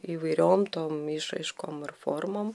įvairiom tom išraiškom ir formom